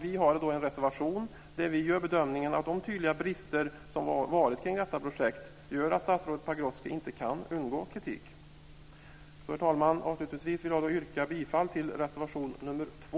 Vi har en reservation där vi gör bedömningen att de tydliga brister som har varit kring detta projekt gör att statsrådet Pagrotsky inte kan undgå kritik. Fru talman! Avslutningsvis vill jag yrka på godkännande av anmälan i reservation 2.